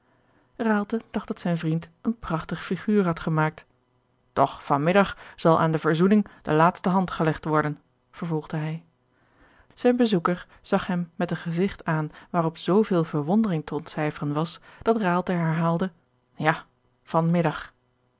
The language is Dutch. dat zijn vriend een prachtig figuur had gemaakt doch van middag zal aan de verzoening de laatste hand gelegd worden vervolgde hij zijn bezoeker zag hem met een gezigt aan waarop zooveel verwondering te ontcijferen was dat raalte herhaalde ja